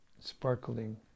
sparkling